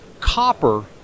copper